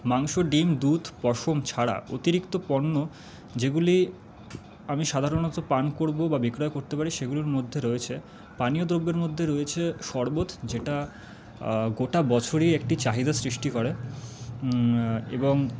মাংস ডিম দুধ পশম ছাড়া অতিরিক্ত পণ্য যেগুলি আমি সাধারণত পান করবো বা বিক্রয় করতে পারি সেগুলির মধ্যে রয়েছে পানীয় দ্রব্যের মধ্যে রয়েছে শরবত যেটা গোটা বছরই একটি চাহিদা সৃষ্টি করে এবং